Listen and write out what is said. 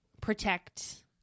protect